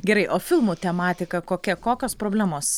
gerai o filmų tematika kokia kokios problemos